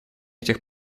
этих